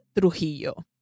Trujillo